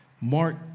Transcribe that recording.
mark